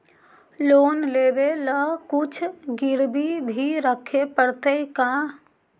Loan लेबे ल कुछ गिरबी भी रखे पड़तै का?